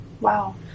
Wow